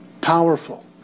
powerful